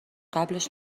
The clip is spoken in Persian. قبلش